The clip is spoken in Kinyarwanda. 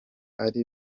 ari